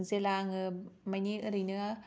जेला आंङो माने ओरैनो